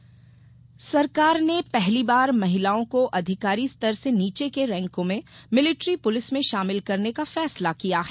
महिला पुलिस आरक्षण सरकार ने पहली बार महिलाओं को अधिकारी स्तर से नीचे के रैंकों में मिलिट्री पुलिस में शामिल करने का फैसला किया है